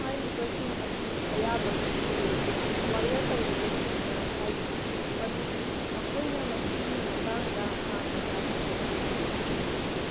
ꯍꯥꯏꯔꯤꯕꯁꯤꯡ ꯑꯁꯤ ꯑꯌꯥꯕ ꯄꯤꯈꯤꯗꯦ ꯋꯥꯌꯦꯜ ꯇꯧꯔꯤꯕꯁꯤꯡꯅ ꯍꯥꯏꯈꯤ ꯃꯗꯨꯗꯤ ꯃꯈꯣꯏꯅ ꯃꯁꯤꯒꯤ ꯃꯇꯥꯡꯗ ꯍꯥꯟꯅꯅ ꯐꯖꯅ ꯈꯪꯂꯦ